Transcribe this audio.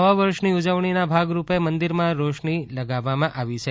નવા વર્ષની ઉજવણીના ભાગરૂપે મંદિરમાં રોશની લગાવવામાં આવી છે